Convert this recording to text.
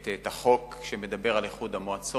את החוק שמדבר על איחוד המועצות,